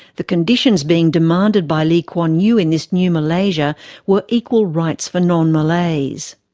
the conditions being demanded by lee kuan yew in this new malaysia were equal rights for non-malays.